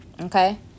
okay